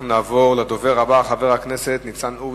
אנחנו נעבור לדובר הבא, חבר הכנסת ניצן הורוביץ.